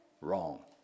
Wrong